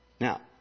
Now